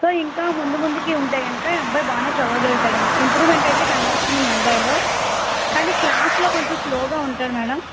so ఇంకా ముందు ముందుకి ఉంటే కనుక ఈ అబ్బాయి బాగానే చదవగలుగుతాడండి ఇంప్రూవ్మెంట్ అయితే కనిపిస్తుంది మీ అబ్బాయ్లో కానీ క్లాస్లో కొంచెం స్లోగా ఉంటాడు మేడం